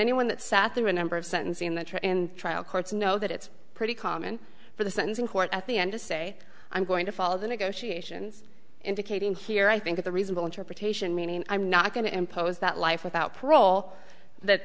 anyone that sat through a number of sentencing in the trial courts know that it's pretty common for the sentencing court at the end to say i'm going to follow the negotiations indicating here i think the reasonable interpretation meaning i'm not going to impose that life without parole that